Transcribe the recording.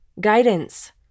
guidance